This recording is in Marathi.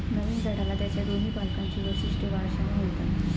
नवीन झाडाला त्याच्या दोन्ही पालकांची वैशिष्ट्ये वारशाने मिळतात